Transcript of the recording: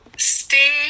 stay